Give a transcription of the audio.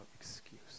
excuse